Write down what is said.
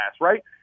right